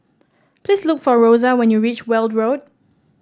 please look for Rosa when you reach Weld Road